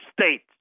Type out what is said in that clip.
states